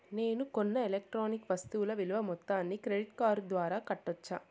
నేను కొన్న ఎలక్ట్రానిక్ వస్తువుల విలువ మొత్తాన్ని క్రెడిట్ కార్డు ద్వారా కట్టొచ్చా?